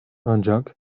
ancak